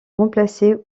remplacer